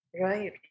right